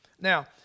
Now